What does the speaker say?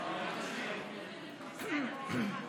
סטרוק.